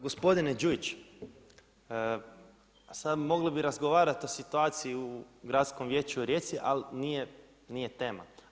Gospodine Đujić, sada mogli bi razgovarati o situaciji u Gradskom vijeću u Rijeci ali nije tema.